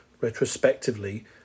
retrospectively